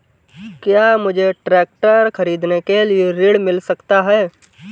क्या मुझे ट्रैक्टर खरीदने के लिए ऋण मिल सकता है?